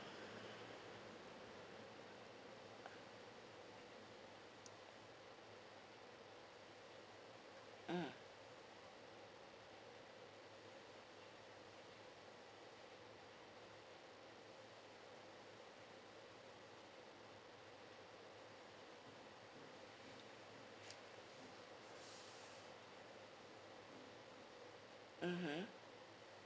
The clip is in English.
mm mmhmm